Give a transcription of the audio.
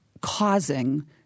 causing –